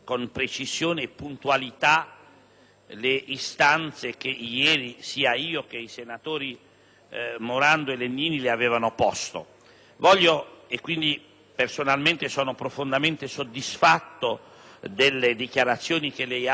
le istanze che ieri sia io che i senatori Morando e Legnini le avevamo posto. Quindi personalmente sono profondamente soddisfatto delle sue dichiarazioni e del modo in cui